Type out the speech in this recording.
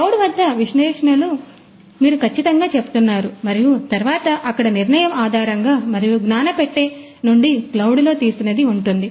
cloud వద్ద విశ్లేషణలు నిర్వహిస్తారుమీరు కచ్చితంగా చెబుతున్నారు మరియు తరువాత అక్కడ నిర్ణయం ఆధారంగా మరియు జ్ఞాన పెట్టె నుండి క్లౌడ్లో తీసినది ఉంటుంది